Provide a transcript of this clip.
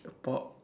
pork